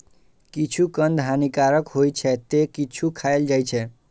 किछु कंद हानिकारक होइ छै, ते किछु खायल जाइ छै